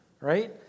right